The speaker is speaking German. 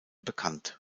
bekannt